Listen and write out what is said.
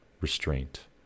restraint